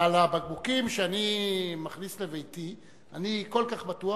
ועל הבקבוקים שאני מכניס לביתי אני כל כך בטוח,